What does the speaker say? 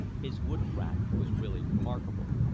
his woodcraft was really remarkable.